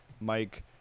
mike